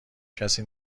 کسی